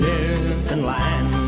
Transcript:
Newfoundland